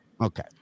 Okay